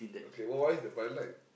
okay wh~ what is the fine line